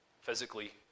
physically